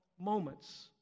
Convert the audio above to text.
moments